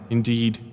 Indeed